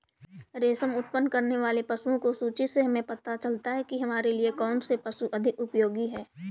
रेशम उत्पन्न करने वाले पशुओं की सूची से हमें पता चलता है कि हमारे लिए कौन से पशु अधिक उपयोगी हैं